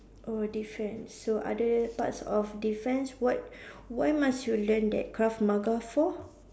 oh defence so other parts of defence what why must you learn that Krav-Maga for